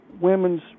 women's